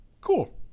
Cool